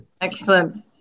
Excellent